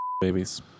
Babies